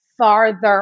Farther